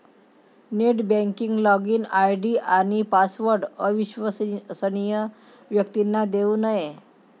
net banking login ID आणि password अविश्वसनीय व्यक्तींना देऊ नये